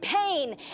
pain